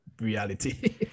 reality